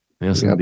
Yes